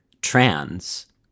trans